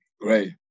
Great